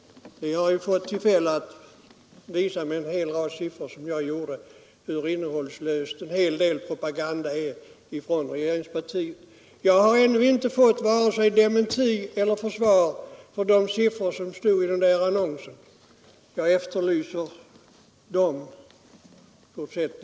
Vi har nu fått tillfälle att som jag gjorde visa med en hel rad siffror hur innehållslös en hel del propaganda från regeringspartiet är. Jag har ännu inte fått vare sig dementi eller försvar för de siffror som stod i den där annonsen. Jag efterlyser detta.